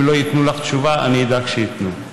אם לא ייתנו לך תשובה אני אדאג שייתנו.